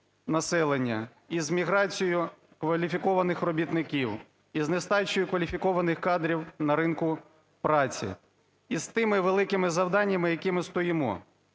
і з міграцією кваліфікованих робітників, і з нестачею кваліфікованих кадрів на ринку праці, і з тими великими завданнями, з якими стоїмо.